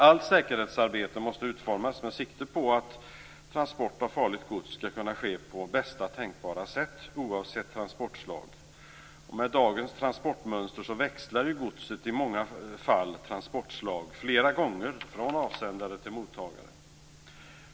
Allt säkerhetsarbete måste utformas med sikte på att transport av farligt gods skall kunna ske på bästa tänkbara sätt, oavsett transportslag. Med dagens transportmönster växlar godset i många fall transportslag flera gånger från avsändare till mottagare.